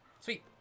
Sweet